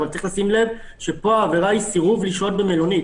אבל צריך לשים לב שפה העבירה היא סירוב לשהות במלונית.